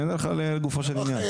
אני עונה לך לגופו של עניין.